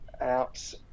out